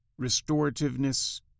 restorativeness